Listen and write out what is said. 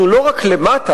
אנחנו לא רק למטה,